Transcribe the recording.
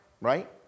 right